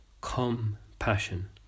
compassion